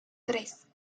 tres